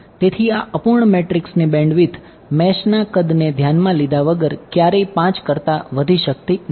તેથી આ અપૂર્ણ મેટ્રિક્સની બેન્ડવિડ્થ મેશના કદને ધ્યાનમાં લીધા વગર ક્યારેય 5 કરતા વધી શકતી નથી